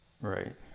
Right